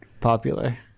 Popular